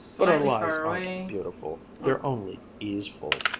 but our lives aren't beautiful, they're only easeful.